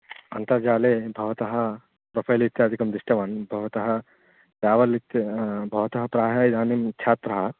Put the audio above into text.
अन्तर्जाले भवतः प्रोफ़ैल् इत्यादिकं दृष्टवान् भवतः ट्रावल् इति भवतः प्रायः इदानीं छात्रः